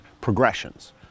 progressions